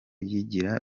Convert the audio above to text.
yigira